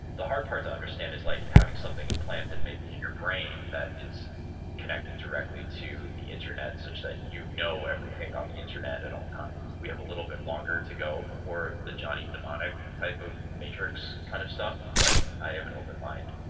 the hard part to understand is like having something implanted maybe in your brain that is connected directly to the internet such that you know everything on the internet at all times. we have a little bit longer to go before the johnny mnemonic type of the matrix kind of stuff, but i have an open mind.